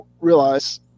realize